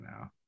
now